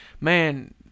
man